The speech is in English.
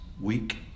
week